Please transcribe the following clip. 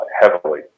heavily